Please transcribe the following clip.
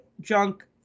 Junk